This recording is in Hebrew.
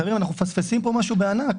חברים, אנחנו מפספסים פה משהו בענק.